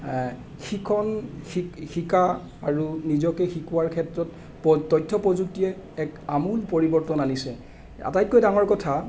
শিকণ শিকা আৰু নিজকে শিকোৱাৰ ক্ষেত্ৰত প তথ্য প্ৰযুক্তিয়ে এক আমূল পৰিৱৰ্তন আনিছে আটাইতকৈ ডাঙৰ কথা